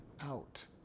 out